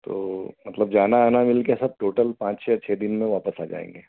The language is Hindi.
तो मतलब जाना आना मिलकर सब टोटल पाँच छः छः दिन में वापस आ जाएँगे